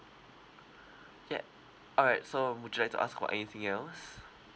ya all right so um would you like to ask about anything else